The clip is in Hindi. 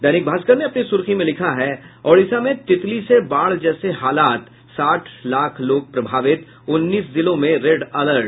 दैनिक भास्कर ने अपनी सुर्खी में लिखा है ओडिशा में तितली से बाढ़ जैसे हालात साठ लाख लोग प्रभावित उन्नीस जिलों में रेड अलर्ट